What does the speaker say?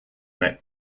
met